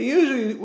usually